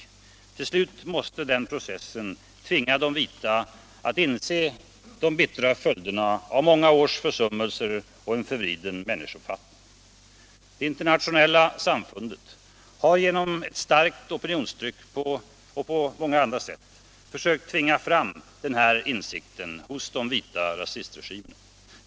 Till slut måste denna process tvinga de vita inse de bittra följderna av många års försummelser och en förvriden människouppfattning. Det internationella samfundet har genom ett starkt opinionstryck och på många andra sätt sökt tvinga fram denna insikt hos de vita rasistregimerna.